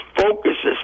focuses